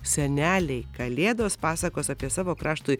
seneliai kalėdos pasakos apie savo kraštui